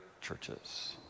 churches